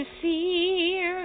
fear